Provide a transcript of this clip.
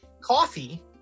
Coffee